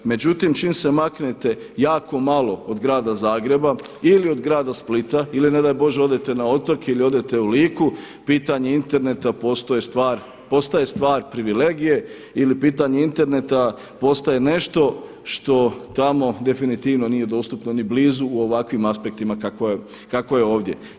Međutim, čim se maknete jako malo od grada Zagreba ili od grada Splita ili ne daj Bože odete na otoke ili odete u Liku, pitanje interneta postaje stvar privilegije ili pitanje interneta postaje nešto što tamo definitivno nije dostupno ni blizu u ovakvim aspektima kako je ovdje.